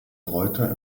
reuter